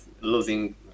losing